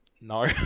no